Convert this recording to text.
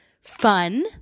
fun